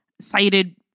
cited